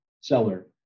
seller